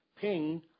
Ping